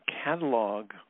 catalog